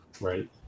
Right